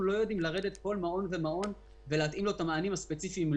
אנחנו לא יודעים לתת לכל מעון ומעון את המענים הספציפיים.